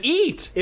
eat